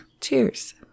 Cheers